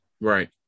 right